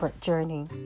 journey